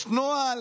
יש נוהל